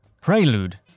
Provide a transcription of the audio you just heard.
Prelude